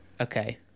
Okay